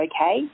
okay